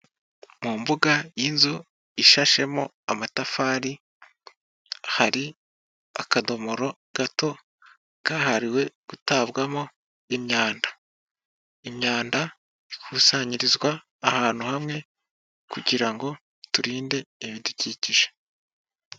Mumbuga yinzu ishashemo amatafari hari akadomoro gato kahariwe gutabwamo imyanda, imyanda ikusanyirizwa ahantu hamwe kugirango turinde ibidukikije.